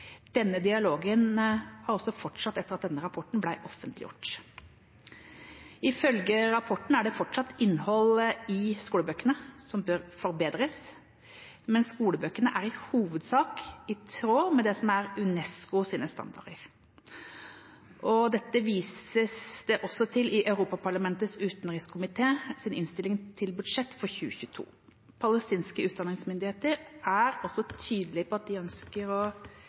Denne dialogen har også fortsatt etter at denne rapporten ble offentliggjort. Ifølge rapporten er det fortsatt innhold i skolebøkene som bør forbedres, men skolebøkene er i hovedsak i tråd med det som er UNESCOs standarder, og dette vises det også til i Europaparlamentets utenrikskomités innstilling til budsjett for 2022. Palestinske utdanningsmyndigheter er også tydelige på at de ønsker